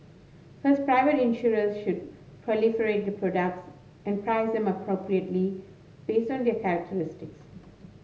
first private insurers should proliferate their products and price them appropriately based on their characteristics